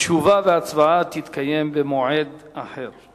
תשובה והצבעה יתקיימו במועד אחר.